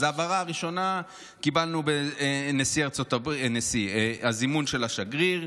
בהבהרה הראשונה קיבלנו זימון של השגריר,